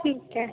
ਠੀਕ ਹੈ